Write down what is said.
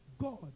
God